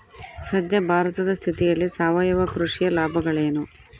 ಸದ್ಯ ಭಾರತದ ಸ್ಥಿತಿಯಲ್ಲಿ ಸಾವಯವ ಕೃಷಿಯ ಲಾಭಗಳೇನು?